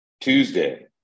Tuesday